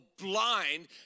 blind